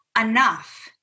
enough